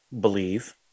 believe